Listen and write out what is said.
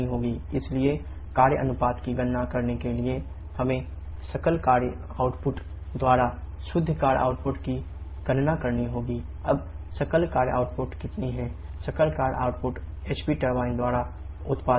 इसलिए कार्य अनुपात की गणना करने के लिए हमें सकल कार्य आउटपुट द्वारा उत्पादित कार्य है